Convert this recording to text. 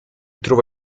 trova